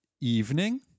evening